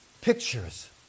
pictures